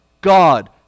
God